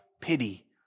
pity